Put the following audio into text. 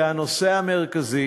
זה הנושא המרכזי